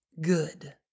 good